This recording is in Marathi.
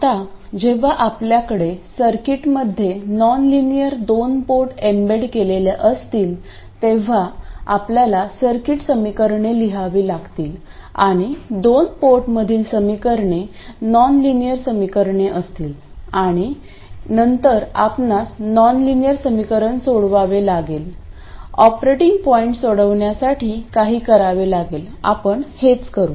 आता जेव्हा आपल्याकडे सर्किटमध्ये नॉनलिनियर दोन पोर्ट एम्बेड केलेले असतील तेव्हा आपल्याला सर्किट समीकरणे लिहावी लागतील आणि दोन पोर्टमधील समीकरणे नॉनलिनियर समीकरणे असतील आणि नंतर आपणास नॉनलिनियर समीकरण सोडवावे लागेल ऑपरेटिंग पॉईंट सोडवण्यासाठी काही करावे लागेल आपण हेच करू